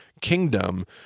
kingdom